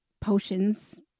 potions